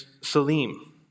Salim